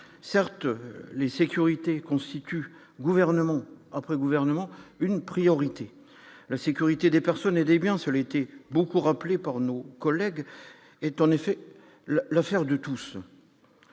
certes les sécurités constitue un gouvernement après gouvernement une priorité, la sécurité des personnes et des biens, cela été beaucoup rappelées porno collègue est en effet l'affaire de tous,